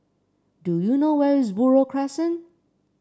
do you know where is Buroh Crescent